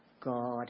God